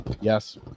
Yes